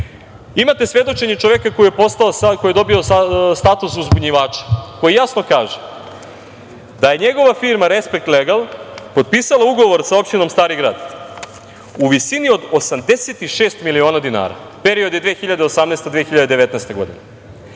svedočenje čoveka koji je dobio status uzbunjivača koji jasno kaže da je njegova firma „Respekt legal“ potpisala ugovor sa opštinom Stari Grad u visini od 86 miliona dinara. Period je 2018. i 2019. godina.